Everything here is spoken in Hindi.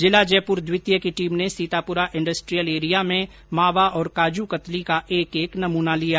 जिला जयपुर द्वितीय की टीम ने सीतापुरा इंडस्ट्रियल एरिया में मावा और काजू कतली का एक एक नमूना लिया